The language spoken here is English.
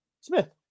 Smith